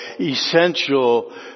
essential